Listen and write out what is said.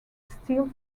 steel